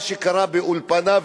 מה שקרה באולפנה,